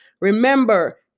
Remember